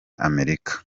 amerika